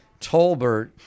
Tolbert